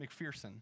McPherson